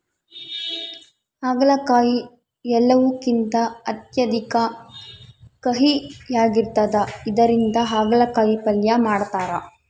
ಆಗಲಕಾಯಿ ಎಲ್ಲವುಕಿಂತ ಅತ್ಯಧಿಕ ಕಹಿಯಾಗಿರ್ತದ ಇದರಿಂದ ಅಗಲಕಾಯಿ ಪಲ್ಯ ಮಾಡತಾರ